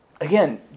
again